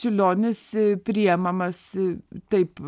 čiurlionis priemamas taip